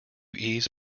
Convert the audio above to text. ease